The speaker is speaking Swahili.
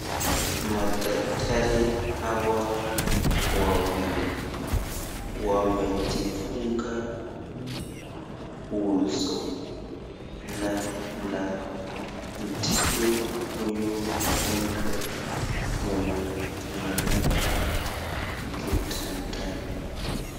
Madaktari hawa wawili wamejifunga uso na, wakitibu huyu mgonjwa huyu amelala kitandani.